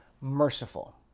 merciful